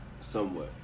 Somewhat